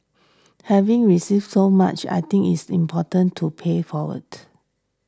having received so much I think it's important to pay it forward